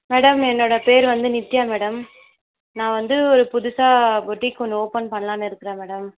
madam என்னோட பேர் வந்து நித்யா மேடம் நான் வந்து ஒரு புதுசாக பொட்டிக் ஒன்று ஓப்பன் பண்லாம்னு இருக்கிறேன் மேடம்